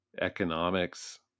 economics